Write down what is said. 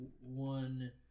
one